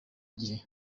gihe